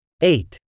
eight